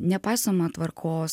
nepaisoma tvarkos